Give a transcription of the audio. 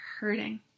hurting